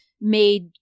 made